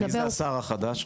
מי השר החדש?